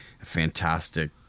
fantastic